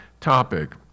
topic